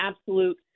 absolute